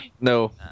No